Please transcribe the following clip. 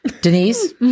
Denise